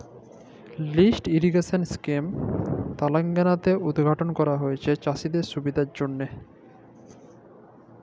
lift irrigation scheme তেলেঙ্গালাতে উদঘাটল ক্যরা হঁয়েছে চাষীদের সুবিধার জ্যনহে